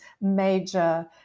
major